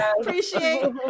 Appreciate